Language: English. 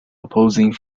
opposing